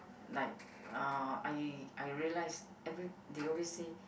like uh I I realise every they always say